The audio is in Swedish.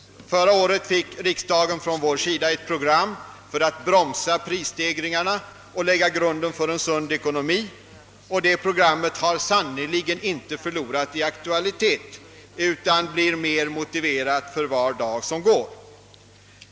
Förra året fick riksdagen från vår sida ett program som gick ut på att bromsa prisstegringarna och lägga grunden till en sund ekonomi. Det programmet har sannerligen inte förlorat i aktualitet utan blir mer motiverat för var dag som går.